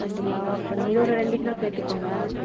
அப்படிங்களா okay ma'am இது ஒரு ரெண்டு கிலோ சேர்த்துக்கோங்க